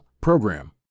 Program